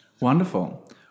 Wonderful